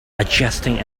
adjusting